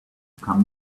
come